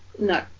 No